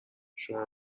شما